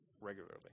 regularly